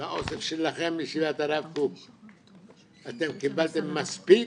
האוסף שלכם מישיבת הרב קוק, אתם קיבלתם מספיק